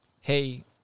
hey